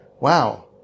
wow